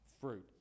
fruit